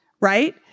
right